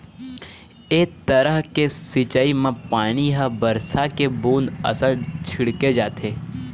ए तरह के सिंचई म पानी ह बरसा के बूंद असन छिड़के जाथे